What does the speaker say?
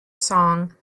song